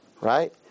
right